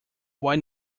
why